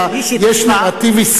גם ב-48' וגם ב-67' יש נרטיב ישראלי,